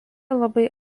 labai